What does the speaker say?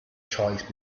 choice